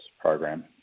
program